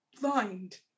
blind